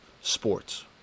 sports